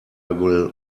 will